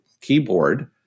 keyboard